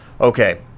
Okay